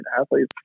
athletes